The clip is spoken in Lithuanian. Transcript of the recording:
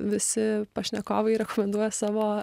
visi pašnekovai rekomenduoja savo